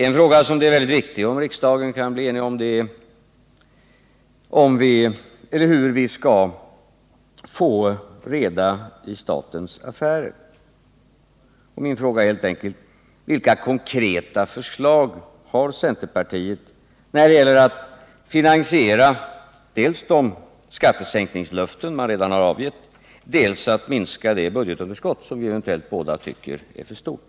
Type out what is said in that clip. En fråga som det är mycket viktigt att riksdagen kan bli enig om är hur vi skall få reda i statens affärer. Min fråga är helt enkelt: Vilka konkreta förslag har centerpartiet när det gäller att dels finansiera de skattesänkningslöften man redan har avgett, dels minska det budgetunderskott som vi eventuellt båda tycker är för stort?